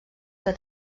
que